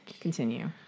Continue